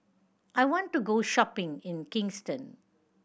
I want to go shopping in Kingston